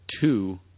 two